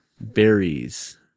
Berries